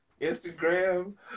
Instagram